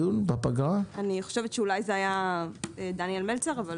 אני חושבת שאולי זה היה דניאל מצר.